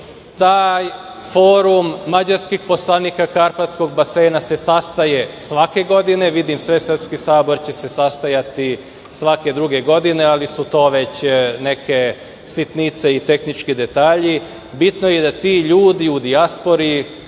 taj forum mađarskih poslanika Karpatskog basena se sastaje svake godine. Koliko vidim, Svesrpski sabor će se sastajati svake druge godine, ali su to već neke sitnice i tehnički detalji. Bitno je da ti ljudi u dijaspori,